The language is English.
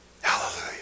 Hallelujah